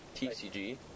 TCG